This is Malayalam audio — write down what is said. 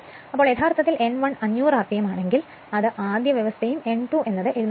അതിനാൽ യഥാർത്ഥത്തിൽ n1 500 rpm ആണെങ്കിൽ അത് ആദ്യ വ്യവസ്ഥയും n2 എന്നത് 750 ഉം ആണ്